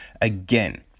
Again